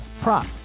prop